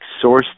source